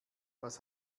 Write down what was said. was